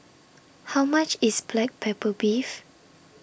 How much IS Black Pepper Beef